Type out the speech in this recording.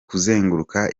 kuzenguruka